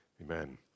Amen